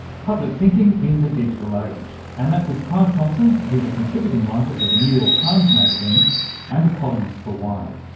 public thinking in the digital age, and that was clive thompson who's a contributing writer for the new york times magazine and a columnist for wired.